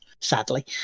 sadly